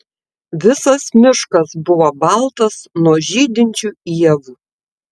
visas miškas buvo baltas nuo žydinčių ievų